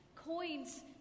Coins